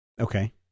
Okay